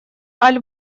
аль